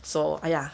so !aiya!